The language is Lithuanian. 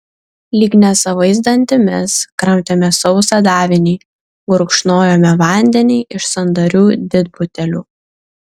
lyg nesavais dantimis kramtėme sausą davinį gurkšnojome vandenį iš sandarių didbutelių